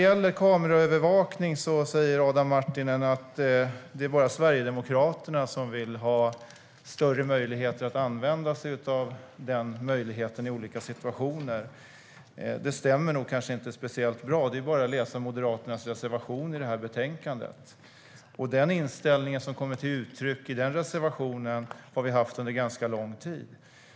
Adam Marttinen säger att det bara är Sverigedemokraterna som vill ha större möjligheter att använda sig av kameraövervakning i olika situationer. Det stämmer inte särskilt bra, det är bara att läsa Moderaternas reservation i det här betänkandet. Den inställning som kommer till uttryck i den reservationen har vi haft under ganska lång tid.